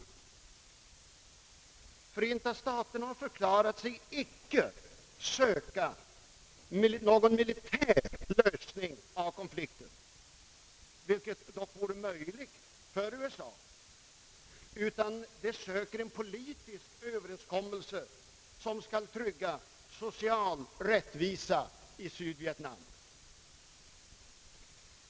Förenta staterna har förklarat sig icke söka någon militär lösning av konflikten, vilket dock vore möjligt för USA, utan det sö ker en politisk överenskommelse som skall trygga social rättvisa i Sydvietnam.